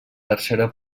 tercera